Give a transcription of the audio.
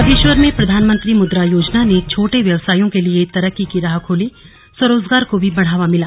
बागेश्वर में प्रधानमंत्री मुद्रा योजना ने छोटे व्यवसायियों के लिए तरक्की की राह खोली स्वरोजगार को भी बढ़ावा मिला